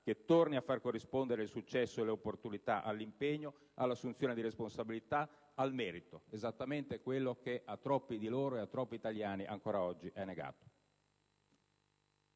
che torni a far corrispondere il successo e le opportunità all'impegno, all'assunzione di responsabilità, al merito; esattamente quello che a troppi di loro e a troppi italiani ancora oggi è negato.